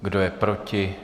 Kdo je proti?